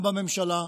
גם בממשלה,